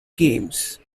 games